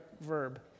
verb